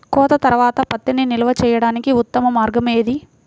కోత తర్వాత పత్తిని నిల్వ చేయడానికి ఉత్తమ మార్గం ఏది?